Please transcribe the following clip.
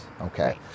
Okay